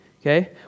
okay